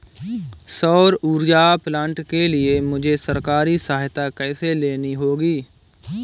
सौर ऊर्जा प्लांट के लिए मुझे सरकारी सहायता कैसे लेनी होगी?